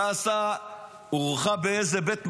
טסה והתארחה באיזה בית מלון,